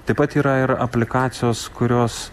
taip pat yra ir aplikacijos kurios